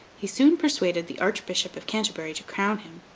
he soon persuaded the archbishop of canterbury to crown him,